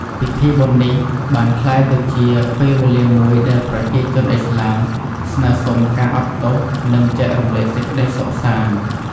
ពីធីបុណ្យនេះបានក្លាយទៅជា ពេលវេលាមួយដែលប្រជាជនឥស្លាម ស្នើសុំការអត់ទោស និងចែករំលែកសេចក្ដីសុខសាន្ត។